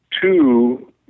two